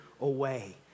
away